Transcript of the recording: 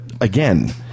again